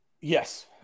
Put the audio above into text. Yes